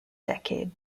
decade